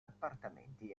appartamenti